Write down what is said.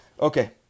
Okay